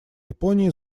японии